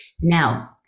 Now